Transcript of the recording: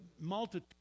multitude